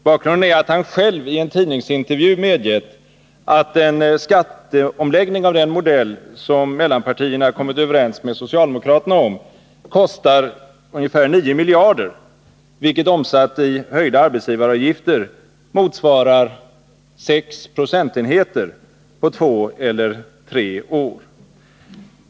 Bakgrunden är att han själv i en tidningsintervju medger att en skatteomläggning av den modell som mellanpartierna kommit överens med socialdemokraterna om kostar ungefär 9 miljarder kronor, vilket omsatt i höjda arbetsgivaravgifter motsvarar sex procentenheter på två eller tre år.